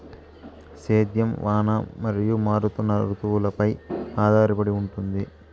సేద్యం వాన మరియు మారుతున్న రుతువులపై ఆధారపడి ఉంటుంది